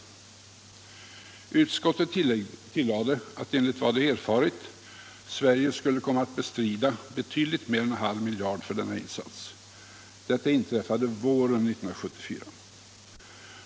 Utskottet tillade att enligt vad det erfarit Sverige skulle komma att bestrida betydligt mer än en halv miljard för denna insats. Detta inträffade våren 1974.